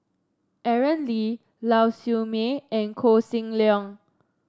Aaron Lee Lau Siew Mei and Koh Seng Leong